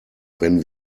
wenn